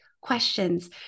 questions